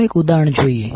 ચાલો એક ઉદાહરણ જોઈએ